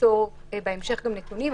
ימסור בהמשך נתונים,